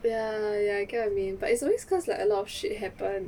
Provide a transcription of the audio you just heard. ya ya I get what you mean but it's always cause like a lot of shit happen